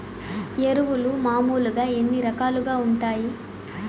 ఎరువులు మామూలుగా ఎన్ని రకాలుగా వుంటాయి?